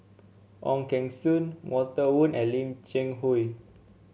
Ong Keng Sen Walter Woon and Lim Cheng Hoe